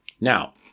Now